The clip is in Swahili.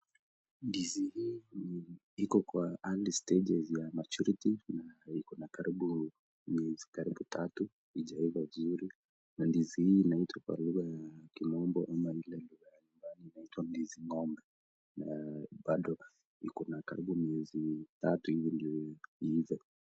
Ndizi hii iko kwa early stagas ya maturity na iko na karibu miezi tatu, na ndizi hii inaitwa kwa lugha ya kimombo.... na bado iko na karibu miezi tatu hivi ndio iive.